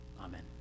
Amen